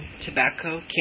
tobacco